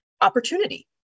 opportunity